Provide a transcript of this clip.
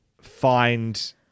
find